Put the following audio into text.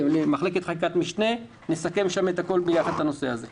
למחלקת חקיקת משנה נסכם שם את הנושא הזה ביחד.